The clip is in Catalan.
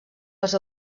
les